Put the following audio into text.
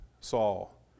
Saul